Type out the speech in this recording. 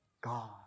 God